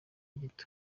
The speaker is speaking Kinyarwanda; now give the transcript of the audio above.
gito